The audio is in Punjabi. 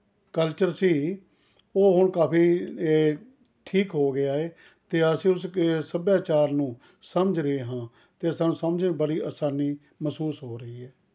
ਕਲਚਰ ਸੀ ਉਹ ਹੁਣ ਕਾਫੀ ਏ ਠੀਕ ਹੋ ਗਿਆ ਏ ਅਤੇ ਅਸੀਂ ਉਸ ਸੱਭਿਆਚਾਰ ਨੂੰ ਸਮਝ ਰਹੇ ਹਾਂ ਅਤੇ ਸਾਨੂੰ ਸਮਝਣ ਬੜੀ ਆਸਾਨੀ ਮਹਿਸੂਸ ਹੋ ਰਹੀ ਹੈ